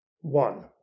One